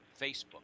facebook